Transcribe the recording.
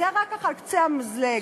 והבית יהפוך להיות שלך.